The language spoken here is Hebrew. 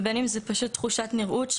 ובין שזה פשוט תחושת נראות,